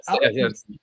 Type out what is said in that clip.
Yes